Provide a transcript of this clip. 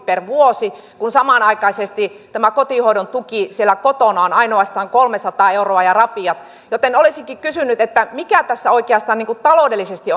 per vuosi kun samanaikaisesti tämä kotihoidon tuki siellä kotona on ainoastaan kolmesataa euroa ja rapiat olisinkin kysynyt mikä tässä oikeastaan niin kuin taloudellisesti